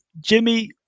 Jimmy